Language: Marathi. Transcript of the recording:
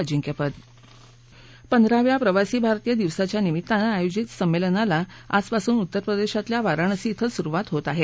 अजिंक्यपद पंधराव्या प्रवासी भारतीय दिवसाच्या निमितानं आयोजित संमेलनाला आजपासून उत्तरप्रदेशमधल्या वाराणसी कं सुरुवात होत आहे